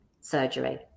surgery